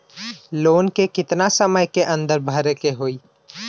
Loan के कितना समय के अंदर भरे के होई?